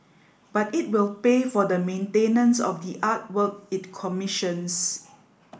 but it will pay for the maintenance of the artwork it commissions